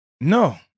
No